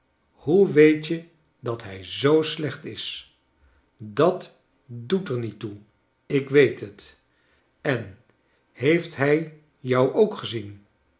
hoe weet je dat hij zoo slecht is dat doet er niet toe ik weet het en heeft hrj jou ook gezien